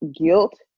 guilt